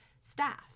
staff